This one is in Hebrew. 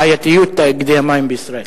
בעייתיות תאגידי המים בישראל.